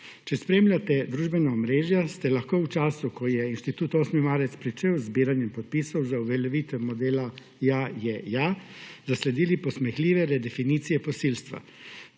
Če spremljate družbena omrežja ste lahko v času, ko je inštitut 8. marec pričel z zbiranjem podpisov za uveljavitev modela »Ja je ja!« zasledili posmehljive redefinicije posilstva.